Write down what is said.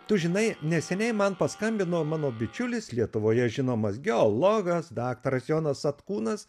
tu žinai neseniai man paskambino mano bičiulis lietuvoje žinomas geologas daktaras jonas satkūnas